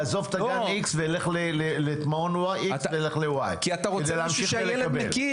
אעזוב את גן איקס ואלך למעון אחר כדי להמשיך ולקבל.